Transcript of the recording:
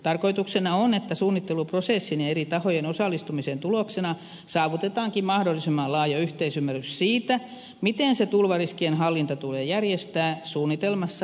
tarkoituksena on että suunnitteluprosessin ja eri tahojen osallistumisen tuloksena saavutetaankin mahdollisimman laaja yhteisymmärrys siitä miten se tulvariskien hallinta tulee järjestää suunnitelmassa tarkoitetulla alueella